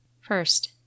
First